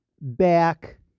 back